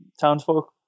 townsfolk